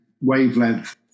wavelength